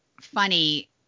funny